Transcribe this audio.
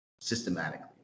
systematically